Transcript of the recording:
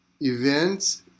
events